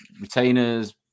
retainers